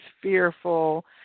fearful